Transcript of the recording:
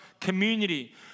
community